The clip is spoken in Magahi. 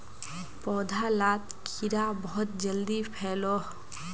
पौधा लात कीड़ा बहुत जल्दी फैलोह